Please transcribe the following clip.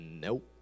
Nope